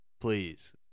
Please